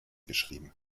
geschrieben